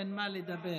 אין מה לדבר.